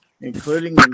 including